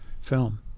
film